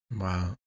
Wow